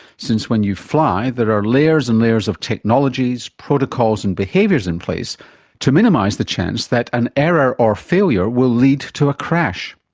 since when you fly there are layers and layers of technologies, protocols and behaviours in place to minimise the chance that an error or failure will lead to a crash.